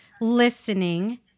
listening